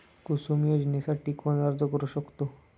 कुसुम योजनेसाठी कोण अर्ज करू शकतो?